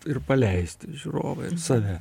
ir paleist į žiūrovą ir save